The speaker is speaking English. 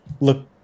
look